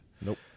Nope